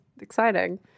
exciting